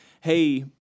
hey